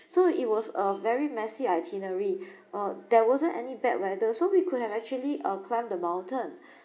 so it was a very messy itinerary uh there wasn't any bad weather so we could have actually uh climbed the mountain